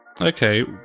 Okay